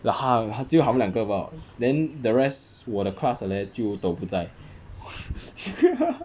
就只有他们两个罢了 then the rest 我的 class 的 leh 就都不在